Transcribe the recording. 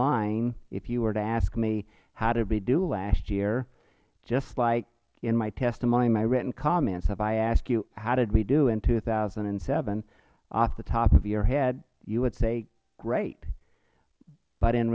line if you were to ask me how did we do last year just like in my testimony my written comments if i ask you how did we do in two thousand and seven off the top of your head you would say great but in